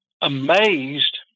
amazed